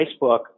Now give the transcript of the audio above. Facebook